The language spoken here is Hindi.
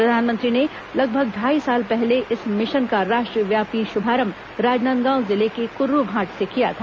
प्रधानमंत्री ने लगभग ढाई साल पहले इस मिशन का राष्ट्रव्यापी शुभारंभ राजनांदगांव जिले के कुर्रूभांठ से किया था